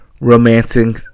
Romancing